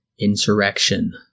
Insurrection